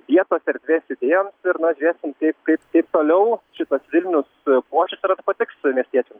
vietos erdvės idėjoms ir na žiūrėsim kaip kaip kaip toliau šitas vilnius puošis ir ar patiks miestiečiams